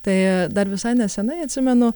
tai dar visai nesenai atsimenu